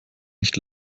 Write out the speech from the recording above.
nicht